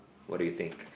what do you think